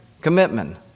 commitment